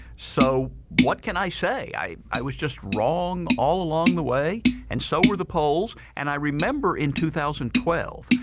so, what can i say? i i was just wrong all along the way and so were the polls? and i remember in two thousand and twelve,